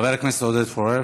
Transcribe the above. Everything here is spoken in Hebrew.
חבר הכנסת עודד פורר.